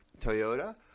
Toyota